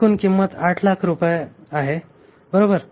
एकूण किंमत 800000 रुपये आहे बरोबर